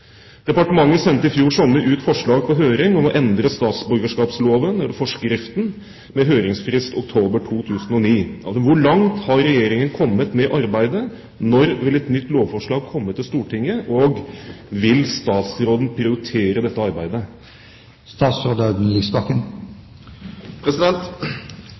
Departementet sendte i fjor sommer ut forslag på høring om å endre statsborgerskapsloven/forskriften med høringsfrist oktober 2009. Hvor langt har Regjeringen kommet med arbeidet, når vil et nytt lovforslag komme til Stortinget, og vil statsråden prioritere dette arbeidet?»